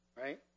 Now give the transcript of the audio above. right